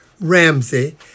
Ramsey